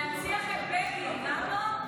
להנציח את בגין גם לא?